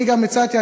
אני גם הצעתי,